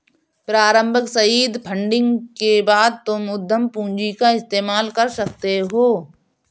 प्रारम्भिक seed funding के बाद तुम उद्यम पूंजी का इस्तेमाल कर सकते हो